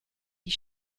die